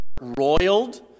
roiled